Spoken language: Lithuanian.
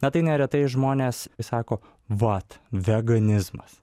na tai neretai žmonės sako vat veganizmas